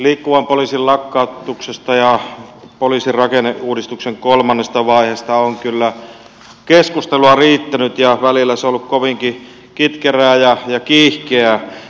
liikkuvan poliisin lakkautuksesta ja poliisin rakenneuudistuksen kolmannesta vaiheesta on kyllä keskustelua riittänyt ja välillä se on ollut kovinkin kitkerää ja kiihkeää